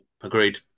Agreed